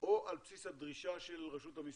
או על בסיס הדרישה של רשות המיסים.